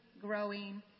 growing